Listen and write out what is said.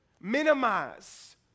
minimize